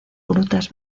grutas